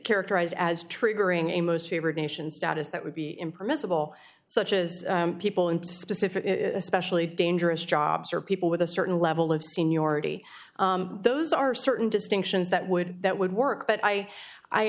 characterized as triggering a most favored nation status that would be impermissible such as people in specific especially dangerous jobs or people with a certain level of seniority those are certain distinctions that would that would work but i i